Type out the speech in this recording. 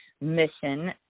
mission